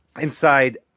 inside